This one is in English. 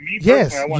Yes